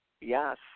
yes